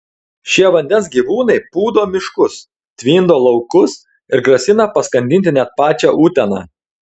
šie vandens gyvūnai pūdo miškus tvindo laukus ir grasina paskandinti net pačią uteną